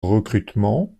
recrutement